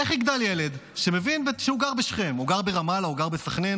איך יגדל ילד שגר בשכם או גר ברמאללה או גר בסח'נין